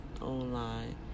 online